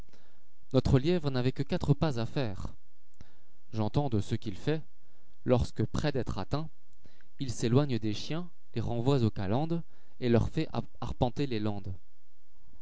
notre lièvre n'avait que quatre pas à faire j j'entends de ceux qu'il fait lorsque près d'être atteint il s'éloigne des chiens les renvoie aux calendes et leur fait arpenter les landes